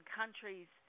countries